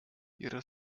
ihrer